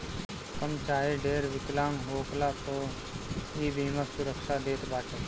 कम चाहे ढेर विकलांग होखला पअ इ बीमा सुरक्षा देत बाटे